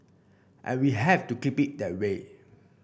and we have to keep it that way